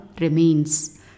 remains